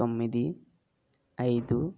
తొమ్మిది ఐదు